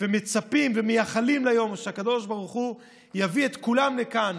מצפים ומייחלים ליום שהקדוש ברוך הוא יביא את כולם לכאן.